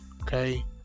okay